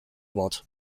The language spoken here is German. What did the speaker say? wort